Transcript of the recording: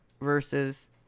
versus